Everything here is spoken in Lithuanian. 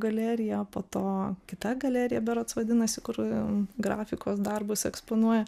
galerija po to kita galerija berods vadinasi kur grafikos darbus eksponuoja